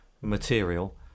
material